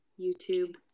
YouTube